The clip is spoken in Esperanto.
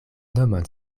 nomon